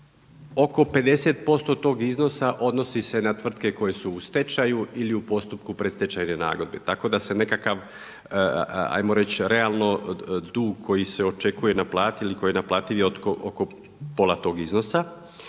Oko 50% tog iznosa odnosi se na tvrtke koje su u stečaju ili u postupku predstečajne nagodbe, tako da se nekakav ajmo reći realno dug koji se očekuje naplatili i koji je naplativ oko pola tog iznosa.